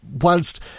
whilst